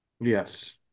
Yes